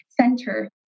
center